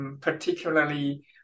particularly